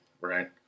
right